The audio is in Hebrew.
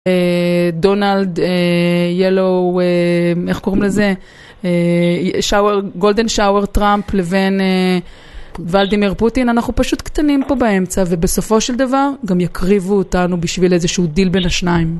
דונלד, ילו, איך קוראים לזה, גולדן שאור טראמפ לבין ולדימיר פוטין, אנחנו פשוט קטנים פה באמצע ובסופו של דבר גם יקריבו אותנו בשביל איזשהו דיל בין השניים.